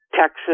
Texas